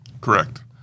Correct